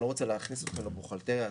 אני לא רוצה להכניס אתכם לבוכהלטריה התפעולית,